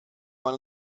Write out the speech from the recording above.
man